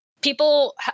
people